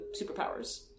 superpowers